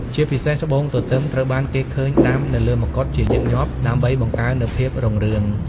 ជាពិសេស ត្បូងទទឹមត្រូវបានគេឃើញដាំនៅលើមកុដជាញឹកញាប់ដើម្បីបង្កើននូវភាពរុងរឿង។